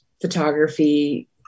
photography